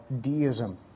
deism